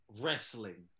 wrestling